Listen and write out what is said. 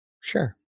sure